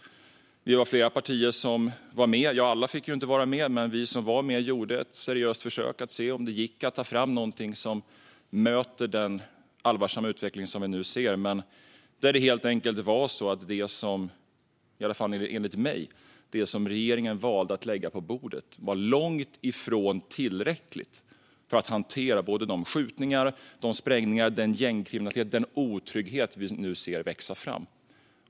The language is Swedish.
Vi var flera partier som var med. Alla fick ju inte vara med, men vi som var med gjorde ett seriöst försök att se om det gick att ta fram någonting som möter den allvarliga utveckling som vi nu ser. Det var dock helt enkelt så - i alla fall enligt mig - att det som regeringen valde att lägga på bordet var långt ifrån tillräckligt för att hantera de skjutningar och sprängningar, den gängkriminalitet och den otrygghet vi nu ser växa fram.